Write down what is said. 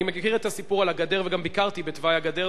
אני מכיר את הסיפור על הגדר וגם ביקרתי בתוואי הגדר.